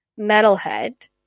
metalhead